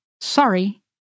sorry